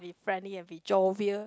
be friendly and jovial